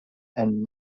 and